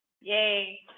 Yay